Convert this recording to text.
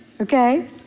Okay